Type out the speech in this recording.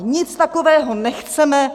Nic takového nechceme.